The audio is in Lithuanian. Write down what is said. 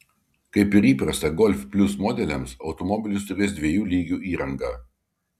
kaip ir įprasta golf plius modeliams automobilis turės dviejų lygių įrangą